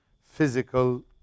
physical